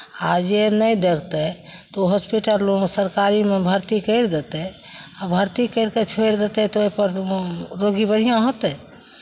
आ जे नहि देखतै तऽ ओ हॉस्पिटल ओहिमे सरकारीमे भरती करि देतै आ भरती करि कऽ छोड़ि देतै तऽ ओहिपर मोन रोगी बढ़िआँ होतै